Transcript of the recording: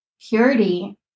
purity